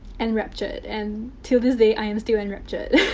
enraptured. and. till this day, i am still enraptured.